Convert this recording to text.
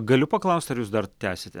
galiu paklausti ar jūs dar tęsite